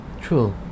True